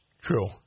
True